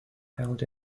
held